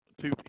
Two